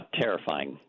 terrifying